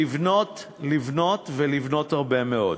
לבנות, לבנות ולבנות הרבה מאוד.